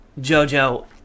JoJo